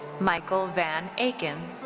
michael van akin.